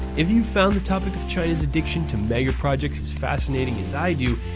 if you found the topic of china's addiction to megaprojects as fascinating as i do,